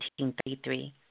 1933